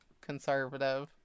conservative